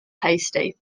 tasty